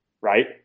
right